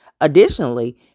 Additionally